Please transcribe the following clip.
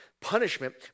punishment